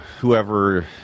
Whoever